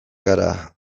gara